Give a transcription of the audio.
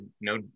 no